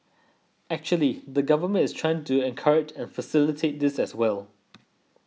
actually the Government is trying to encourage and facilitate this as well